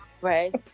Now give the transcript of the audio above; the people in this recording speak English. Right